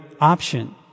option